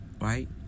right